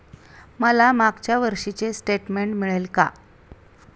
मला मागच्या वर्षीचे स्टेटमेंट मिळेल का?